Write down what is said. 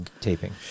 taping